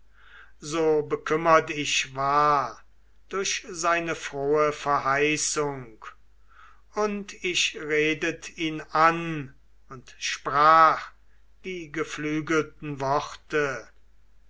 so bekümmert ich war durch seine frohe verheißung und ich redet ihn an und sprach die geflügelten worte